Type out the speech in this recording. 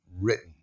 written